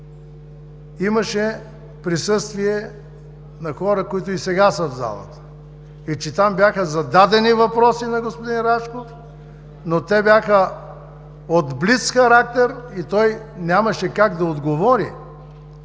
имаше присъствие на хора, които и сега са в залата и че там бяха зададени въпроси на господин Рашков, но те бяха от блицхарактер и той нямаше как да отговори